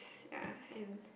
yeah and